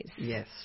Yes